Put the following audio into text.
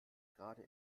gerade